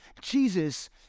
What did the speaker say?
Jesus